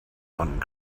one